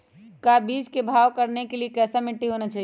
का बीज को भाव करने के लिए कैसा मिट्टी होना चाहिए?